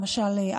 למשל,